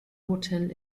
hotel